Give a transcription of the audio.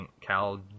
Cal